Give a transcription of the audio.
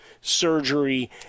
Surgery